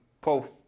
paul